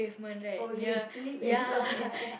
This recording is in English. oh you sleep as well